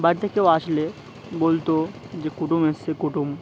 বাড়িতে কেউ আসলে বলতো যে কুটুম এসছে কুটুম